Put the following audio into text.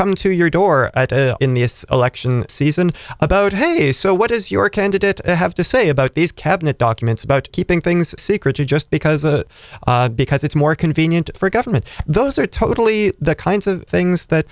come to your door in this election season about hey so what does your candidate have to say about these cabinet documents about keeping things secret or just because a because it's more convenient for government those are totally the kinds of things that